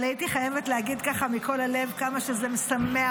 אבל הייתי חייבת להגיד ככה מכל הלב כמה שזה משמח